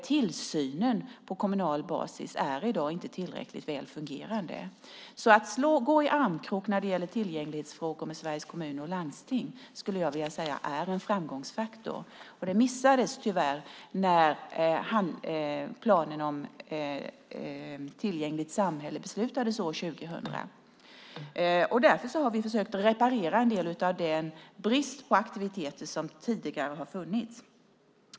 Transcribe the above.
Tillsynen på kommunal basis är i dag inte tillräckligt väl fungerande. Att gå i armkrok med Sveriges Kommuner och Landsting när det gäller tillgänglighetsfrågor skulle jag vilja säga är en framgångsfaktor. Det missades tyvärr när planen för ett tillgängligt samhälle beslutades år 2000. Därför har vi försökt reparera en del av de brister på aktiviteter som tidigare har funnits.